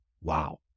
Wow